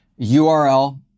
URL